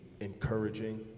encouraging